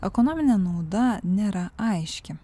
ekonominė nauda nėra aiški